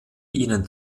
ihnen